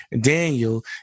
Daniel